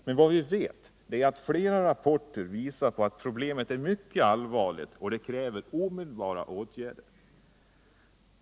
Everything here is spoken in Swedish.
Men vad vi vet är — det har flera rapporter visat — att problemet är mycket allvarligt och kräver omedelbara motåtgärder.